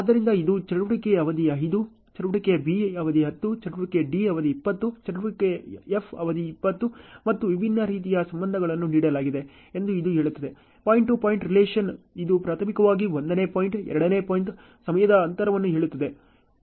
ಆದ್ದರಿಂದ ಇದು ಚಟುವಟಿಕೆಯ ಅವಧಿ 5 ಚಟುವಟಿಕೆ B ಅವಧಿ 10 ಚಟುವಟಿಕೆDಅವಧಿ 20 ಚಟುವಟಿಕೆ F ಅವಧಿ 20 ಮತ್ತು ವಿಭಿನ್ನ ರೀತಿಯ ಸಂಬಂಧಗಳನ್ನು ನೀಡಲಾಗಿದೆ ಎಂದು ಇದು ಹೇಳುತ್ತದೆ ಪಾಯಿಂಟ್ ಟು ಪಾಯಿಂಟ್ ರಿಲೇಶನ್ ಇದು ಪ್ರಾಥಮಿಕವಾಗಿ 1 ನೇ ಪಾಯಿಂಟ್ 2 ನೇ ಪಾಯಿಂಟ್ ಸಮಯದ ಅಂತರವನ್ನು ಹೇಳುತ್ತದೆ